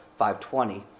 5.20